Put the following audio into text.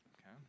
okay